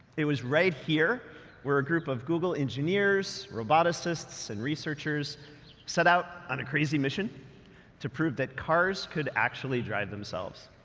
it was right here where a group of google engineers, roboticists, and researchers set out on a crazy mission to prove that cars could actually drive themselves.